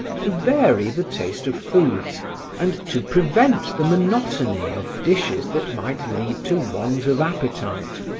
to vary the taste of foods and to prevent the monotony of dishes that might lead to want of appetite.